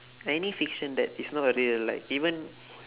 any fiction that is not real like even